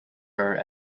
poor